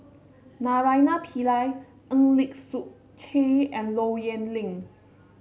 Naraina Pillai Eng Lee Seok Chee and Low Yen Ling